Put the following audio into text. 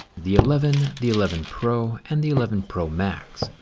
the eleven, the eleven pro, and the eleven pro max.